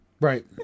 Right